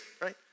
right